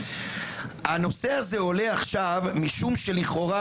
הנושא הזה עולה עכשיו משום שלכאורה,